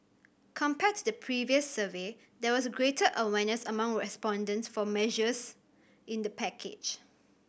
compared to the previous survey there was greater awareness among respondents for measures in the package